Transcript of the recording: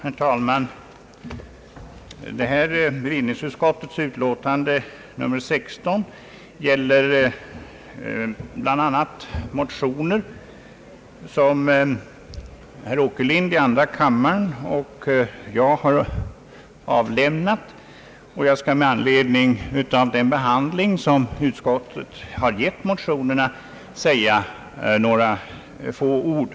Herr talman! I detta bevillningsutskottets betänkande nr 16 tas bl.a. upp de likalydande motioner som herr Åkerlind i andra kammaren och jag har avlämnat. Med anledning av den behandling utskottet givit motionerna vill jag säga några ord.